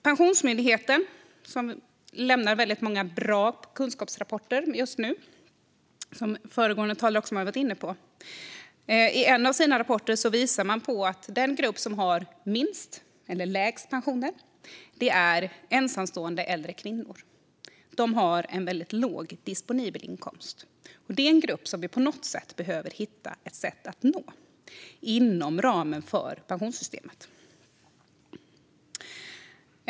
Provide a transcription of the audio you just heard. Pensionsmyndigheten lämnar många bra kunskapsrapporter just nu, vilket föregående talare också har varit inne på. I en av sina rapporter visar myndigheten att den grupp som har lägst pensioner är ensamstående äldre kvinnor. De har en väldigt låg disponibel inkomst, och det är en grupp som vi behöver hitta ett sätt att nå inom ramen för pensionssystemet.